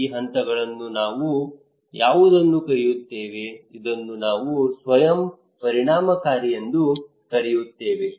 ಈ ಹಂತಗಳನ್ನು ನಾವು ಯಾವುದನ್ನು ಕರೆಯುತ್ತೇವೆ ಇದನ್ನು ನಾವು ಸ್ವಯಂ ಪರಿಣಾಮಕಾರಿ ಎಂದು ಕರೆಯುತ್ತೇವೆ